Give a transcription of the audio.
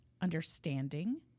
understanding